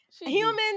Humans